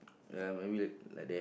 ya maybe like like that